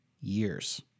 years